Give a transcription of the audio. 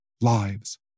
lives